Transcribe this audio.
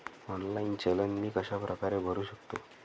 Online challan मी कशाप्रकारे भरु शकतो?